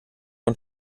und